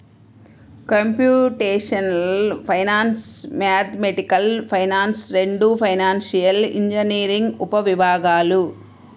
computational finance, mathematical finance రెండూ financial engineering ఉపవిభాగాలు